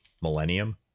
Millennium